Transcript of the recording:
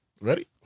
ready